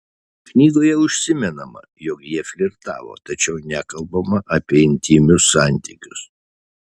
knygoje užsimenama jog jie flirtavo tačiau nekalbama apie intymius santykius